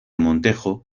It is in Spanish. montejo